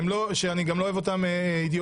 שאני גם לא אוהב אותם אידאולוגית,